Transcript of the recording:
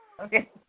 okay